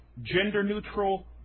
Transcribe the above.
gender-neutral